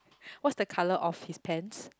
what's the colour of his pants